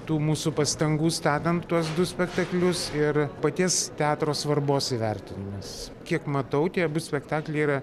tų mūsų pastangų statant tuos du spektaklius ir paties teatro svarbos įvertinimas kiek matau tie abu spektakliai yra